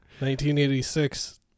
1986